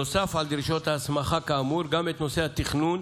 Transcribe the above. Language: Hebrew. נוסף על דרישות ההסמכה כאמור, גם את נושא התכנון,